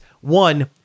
one